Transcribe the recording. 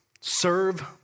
Serve